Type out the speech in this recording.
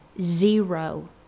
zero